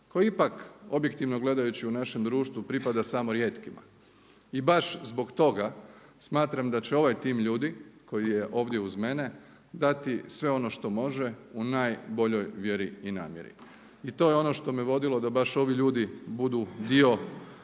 koji ipak objektivno gledajući u našem društvu pripada samo rijetkima. I baš zbog toga smatram da će ovaj tim ljudi koji je ovdje uz mene dati sve ono što može u najboljoj vjeri i namjeri. I to je ono što me vodili da baš ovi ljudi budu dio